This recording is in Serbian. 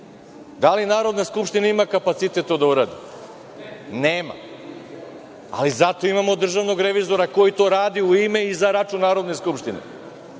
Da li Narodna skupština ima kapacitet to da uradi? Nema, ali zato imamo DRI koja to radi u ime i za račun Narodne skupštine.